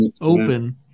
open